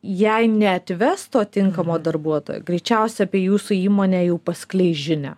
jei neatves to tinkamo darbuotojo greičiausia apie jūsų įmonę jau paskleis žinią